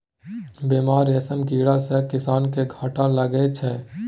बेमार रेशम कीड़ा सँ किसान केँ घाटा लगै छै